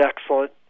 excellent